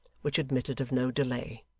which admitted of no delay.